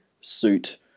suit